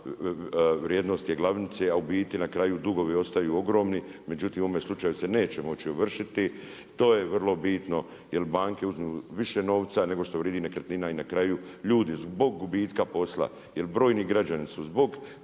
vrijednost je glavnice a u biti na kraju dugovi ostaju ogromni. Međutim u ovome slučaju se neće moći ovršiti, to je vrlo bitno jer banke uzmu više novca nego što vrijedi nekretnina i na kraju ljudi zbog gubitka posla, jer brojni građani su zbog